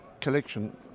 collection